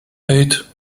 eight